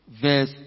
verse